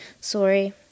Sorry